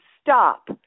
stop